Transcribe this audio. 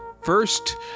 first